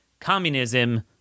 communism